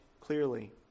clearly